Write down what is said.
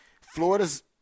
Florida's